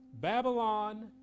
Babylon